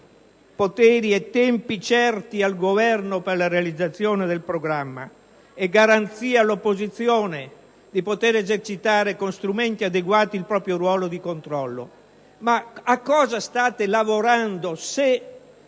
«poteri e tempi certi al Governo per la realizzazione del programma e garanzia all'opposizione di poter esercitare con strumenti adeguati il proprio ruolo di controllo»: ma a cosa state lavorando se